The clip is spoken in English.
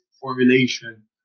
formulation